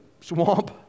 swamp